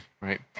right